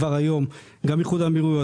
גם איחוד האמירויות,